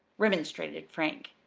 remonstrated frank.